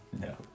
No